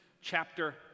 chapter